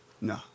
No